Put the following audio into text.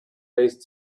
based